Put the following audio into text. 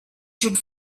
should